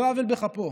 על לא עוול בכפו.